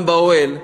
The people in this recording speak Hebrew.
שם באוהל,